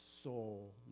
soul